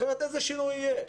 אחרת איזה שיעור יהיה.